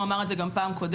הוא אמר את זה גם בפעם קודמת.